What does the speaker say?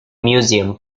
museum